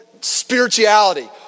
spirituality